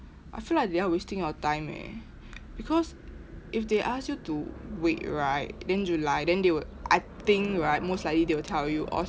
I feel like they are wasting your time eh because if they ask you to wait right then july then they would I think right most likely they will tell you oh